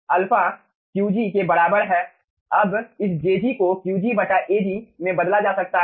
alpha Qg के बराबर है अब इस jg को QgAg में बदला जा सकता है